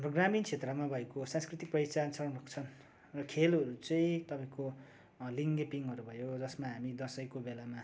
र ग्रामीण क्षेत्रमा भएको सांस्कृतिक पहिचान संरक्षण र खेलहरू चाहिँ तपाईँको लिङ्गे पिङहरू भयो जसमा हामी दसैँको बेलामा